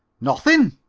nothing,